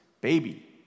baby